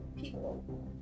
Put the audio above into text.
people